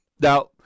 now